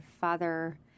father